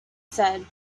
said